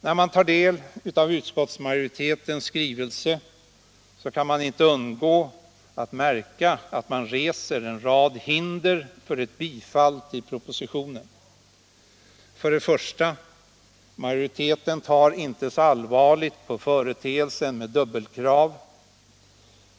När man tar del av utskottsmajoritetens skrivning märker man att där reses en rad hinder för bifall till propositionen. För det första tar utskottsmajoriteten inte så allvarligt på företeelsen med dubbelkrav.